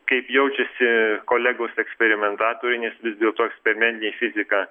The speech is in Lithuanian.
kaip jaučiasi kolegos eksperimentatoriai nes vis dėlto eksperimentinė fizika